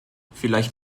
vielleicht